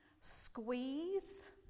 Squeeze